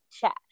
chat